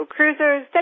Cruisers